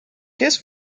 kiss